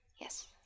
Yes